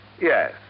Yes